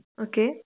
Okay